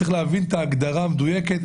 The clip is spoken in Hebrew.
צריך להבין את ההגדרה המדויקת,